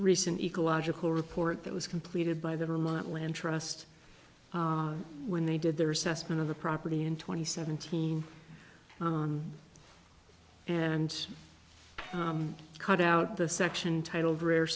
recent ecological report that was completed by the remote land trust when they did their assessment of the property in twenty seventeen and cut out the section titled rare